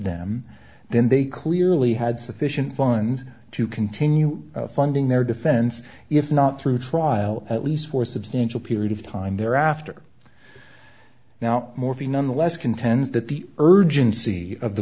them then they clearly had sufficient funds to continue funding their defense if not through trial at least for a substantial period of time thereafter now morphy nonetheless contends that the urgency of the